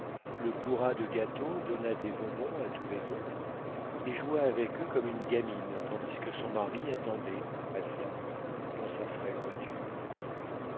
le bourra de gâteaux donna des bonbons à tous les autres et joua avec eux comme une gamine tandis que son mari attendait patiemment dans sa frêle voiture